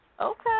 Okay